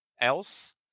else